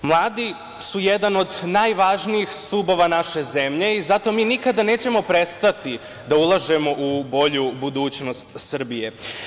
Mladi su jedan od najvažnijih stubova naše zemlje i zato mi nikada nećemo prestati da ulažemo u bolju budućnost Srbije.